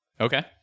okay